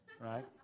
right